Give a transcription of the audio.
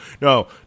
no